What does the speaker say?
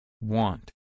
Want